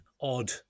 odd